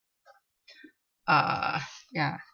ah ya